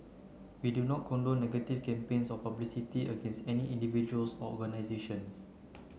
we do not condone negative campaigns or publicity against any individuals or organisations